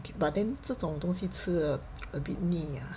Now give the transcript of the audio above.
but then 这种东西吃 a bit 泥 ah